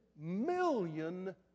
million